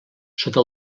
sota